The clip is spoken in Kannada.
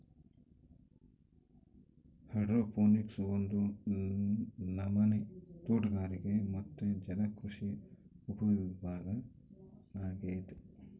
ಹೈಡ್ರೋಪೋನಿಕ್ಸ್ ಒಂದು ನಮನೆ ತೋಟಗಾರಿಕೆ ಮತ್ತೆ ಜಲಕೃಷಿಯ ಉಪವಿಭಾಗ ಅಗೈತೆ